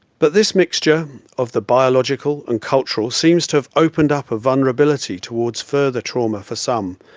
but this mixture of the biological and cultural seems to have opened up a vulnerability towards further trauma for some,